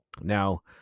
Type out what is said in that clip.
Now